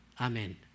Amen